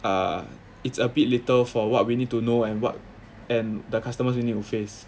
err it's a bit later for what we need to know and what and the customers you need to face